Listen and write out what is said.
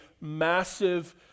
massive